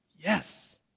Yes